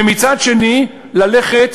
ומצד שני ללכת,